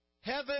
heaven